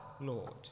lord